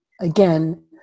again